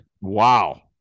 Wow